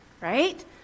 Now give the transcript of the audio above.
right